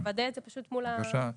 לוודא את זה פשוט מול --- בבקשה, בבקשה.